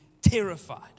terrified